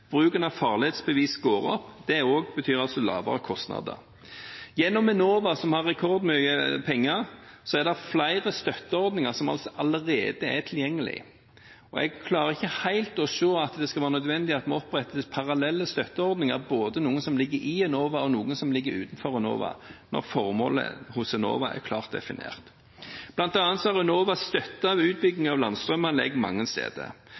bruken av farledsbevis går opp. Det betyr også lavere kostnader. Gjennom Enova, som har rekordmye penger, er det flere støtteordninger som allerede er tilgjengelige. Jeg klarer ikke helt å se at det skal være nødvendig å opprette parallelle støtteordninger, både noen som ligger i Enova, og noen som ligger utenfor Enova, når formålet hos Enova er klart definert. Enova har bl.a. støttet utbyggingen av landstrømanlegg mange steder,